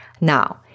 Now